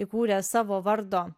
įkūrė savo vardo